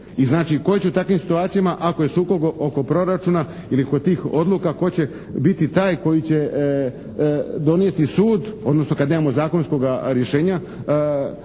I znači koje će u takvim situacijama ako je sukob oko proračuna ili kod tih odluka tko će biti taj koji će donijeti sud odnosno kad nemamo zakonskoga rješenja